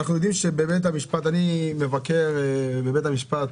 אני מבקר בבית המשפט,